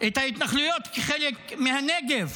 ההתנחלויות כחלק מהנגב?